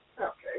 okay